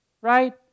right